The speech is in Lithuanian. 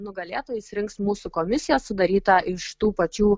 nugalėtojus rinks mūsų komisija sudaryta iš tų pačių